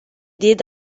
did